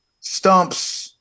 stumps